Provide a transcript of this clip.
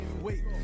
Wait